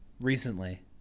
recently